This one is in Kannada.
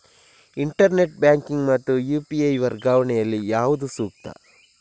ಇಂಟರ್ನೆಟ್ ಬ್ಯಾಂಕಿಂಗ್ ಮತ್ತು ಯು.ಪಿ.ಐ ವರ್ಗಾವಣೆ ಯಲ್ಲಿ ಯಾವುದು ಸೂಕ್ತ?